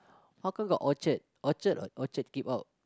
how come got Orchard Orchard or orchard keep out